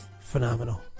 phenomenal